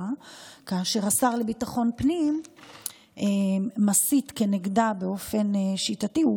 כאשר השר לביטחון הפנים מסית נגדה באופן שיטתי.